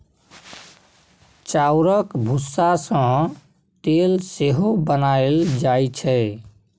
चाउरक भुस्सा सँ तेल सेहो बनाएल जाइ छै